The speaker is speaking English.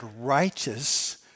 righteous